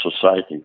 society